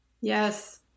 Yes